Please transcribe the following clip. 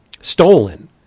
stolen